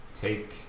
Take